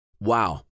Wow